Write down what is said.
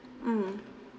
mm